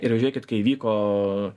ir žiūrėkit kai įvyko